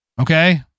Okay